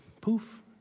poof